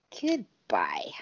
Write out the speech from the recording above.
Goodbye